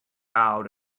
out